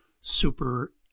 super